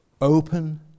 open